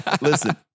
Listen